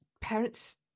parents